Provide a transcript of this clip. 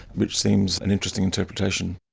which seems an interesting interpretation.